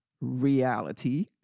reality